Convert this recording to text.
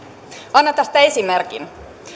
annan tästä esimerkin